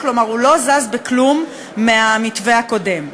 כלומר הוא לא זז בכלום מהמתווה הקודם.